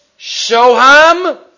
Shoham